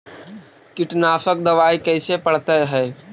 कीटनाशक दबाइ कैसे पड़तै है?